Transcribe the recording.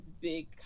big